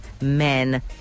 men